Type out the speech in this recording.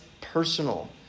personal